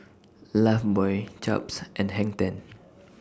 Lifebuoy Chaps and Hang ten